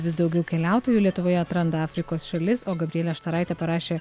vis daugiau keliautojų lietuvoje atranda afrikos šalis o gabrielė štaraitė parašė